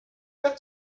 that